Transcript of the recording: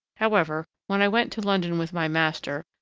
however, when i went to london with my master,